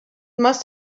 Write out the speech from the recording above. must